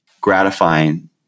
gratifying